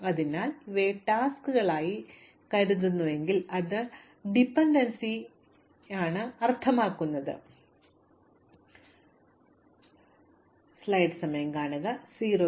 അതിനാൽ ഇവയെ ടാസ്ക്കുകളായി നിങ്ങൾ കരുതുന്നുവെങ്കിൽ അത് ഡിപൻഡൻസികളാണെന്നാണ് അർത്ഥമാക്കുന്നത് കെ ചെയ്യുന്നതിന് മുമ്പ് എനിക്ക് ടാസ്ക് ചെയ്യാൻ കഴിയും അത് കെ പൂർത്തിയാക്കുന്നതിന് മുമ്പ് ഞാൻ അത് പൂർത്തിയാക്കുമായിരുന്നു